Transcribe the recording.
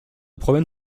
promène